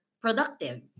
productive